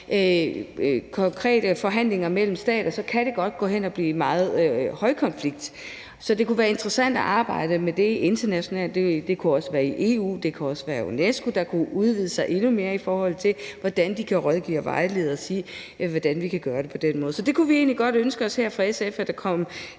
konkrete forhandlinger mellem stater, kan det godt blive en højkonfliktsag. Så det kunne være interessant at arbejde med det internationalt. Det kunne også være i EU. Det kunne også være UNESCO, der kunne udvide sig endnu mere, i forhold til hvordan de kan rådgive og vejlede og sige, hvilken måde vi kan gøre det på. Så vi kunne egentlig godt ønske os her fra SF's side, at der kom